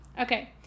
Okay